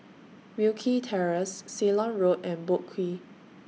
Wilkie Terrace Ceylon Road and Boat Quay